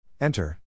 Enter